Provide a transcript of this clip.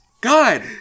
God